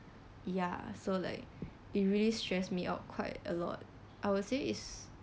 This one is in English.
yah so like it really stressed me out quite a lot I would say is